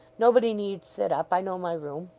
nobody need sit up. i know my room